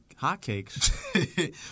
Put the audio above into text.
hotcakes